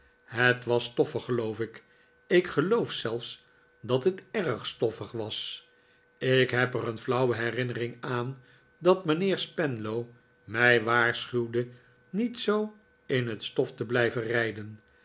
het was stoffig geloof ik ik geloof zelfs dat het erg stoffig was ik heb er een flauwe herinnering aan dat mijnheer spenlow mij waarschuwde niet zoo in het stof te blijven rijden